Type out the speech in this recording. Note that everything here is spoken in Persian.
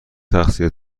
تقصیر